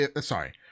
sorry